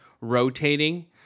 rotating